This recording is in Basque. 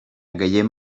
gehien